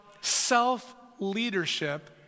self-leadership